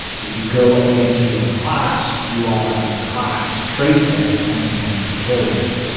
if you go against your class, you are a class traitor and can be killed.